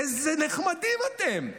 איזה נחמדים אתם,